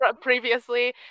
previously